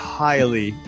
highly